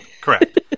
Correct